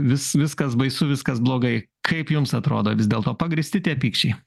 vis viskas baisu viskas blogai kaip jums atrodo vis dėlto pagrįsti tie pykčiai